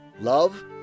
love